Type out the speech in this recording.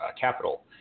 capital